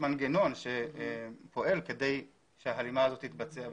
מנגנון שפועל כדי שההלימה הזאת תתבצע בשטח,